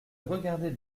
regardait